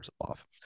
off